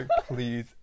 please